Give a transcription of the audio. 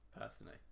personally